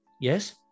Yes